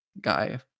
guy